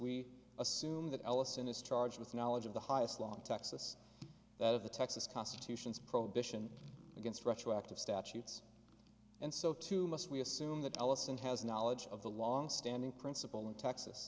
we assume that ellison is charged with knowledge of the highest long texas that of the texas constitution's prohibition against retroactive statutes and so too must we assume that allison has knowledge of the longstanding principle in texas